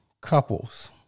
couples